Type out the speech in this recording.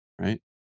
right